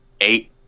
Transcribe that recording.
eight